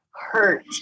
hurt